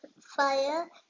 Fire